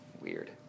weird